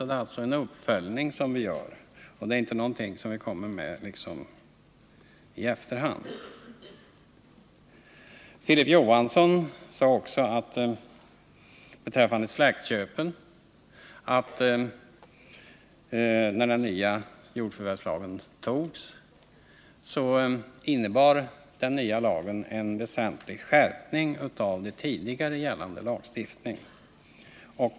Det är alltså en uppföljning som vi gör och ingenting som vi kommer med i efterhand. Filip Johansson sade också beträffande släktköpen att när den nya jordförvärvslagen antogs innebar den en väsentlig skärpning av tidigare lagstiftning.